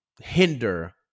hinder